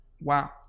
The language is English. Wow